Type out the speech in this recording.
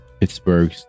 Pittsburgh